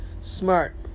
smart